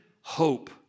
hope